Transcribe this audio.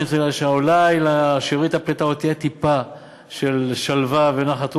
אולי לשארית הפליטה עוד תהיה טיפה של שלווה ונחת רוח,